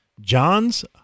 Johns